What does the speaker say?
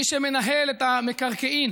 מי שמנהל את המקרקעין